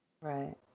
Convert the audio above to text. right